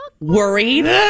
worried